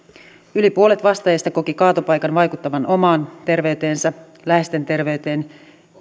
yli puolet vastaajista koki kaatopaikan vaikuttavan omaan terveyteensä läheisten terveyteen